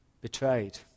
betrayed